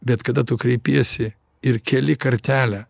bet kada tu kreipiesi ir keli kartelę